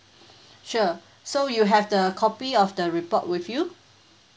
sure so you have the copy of the report with you